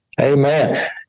Amen